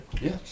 Yes